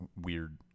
weird